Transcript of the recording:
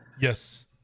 Yes